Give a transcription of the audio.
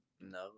No